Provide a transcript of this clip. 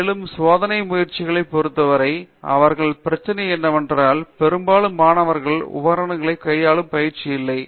மேலும் சோதனை முயற்சிகளைப் பொறுத்தவரை அவர்களின் பிரச்சனை என்னவென்றால் பெரும்பாலும் மாணவர்களுக்கு உபகரணங்கள் கையாளும் பயிற்சி இல்லை